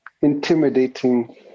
intimidating